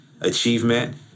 achievement